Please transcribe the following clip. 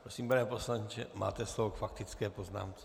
Prosím, pane poslanče, máte slovo k faktické poznámce.